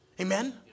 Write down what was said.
amen